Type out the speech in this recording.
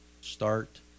start